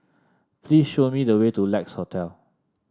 please show me the way to Lex Hotel